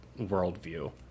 worldview